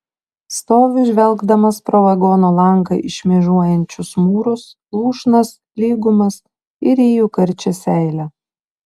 stoviu žvelgdamas pro vagono langą į šmėžuojančius mūrus lūšnas lygumas ir ryju karčią seilę